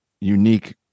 unique